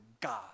God